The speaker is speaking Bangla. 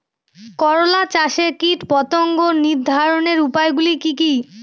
করলা চাষে কীটপতঙ্গ নিবারণের উপায়গুলি কি কী?